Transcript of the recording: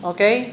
Okay